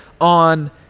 on